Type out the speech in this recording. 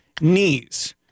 Knees